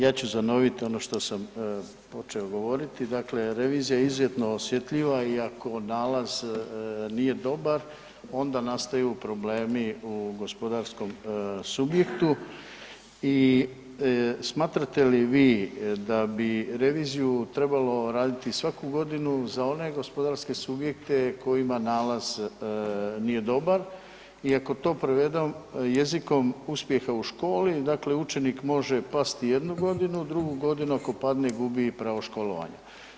Ja ću zanovit ono što sam počeo govoriti, dakle revizija je izuzetno osjetljiva i ako nalaz nije dobar, onda nastaju problemi u gospodarskom subjektu i smatrate li vi da bi reviziju trebalo raditi svaku godinu za one gospodarske subjekte kojima nalaz nije dobar i ako to prevedemo jezika uspjeha u školi, dakle učenik može pasti jednu godinu, drugu godinu ako padne, gubi pravo školovanja.